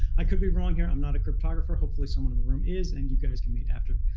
i could be wrong here. i'm not a cryptographer. hopefully someone in the room is, and you guys can meet after.